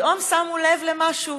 פתאום שמו לב למשהו.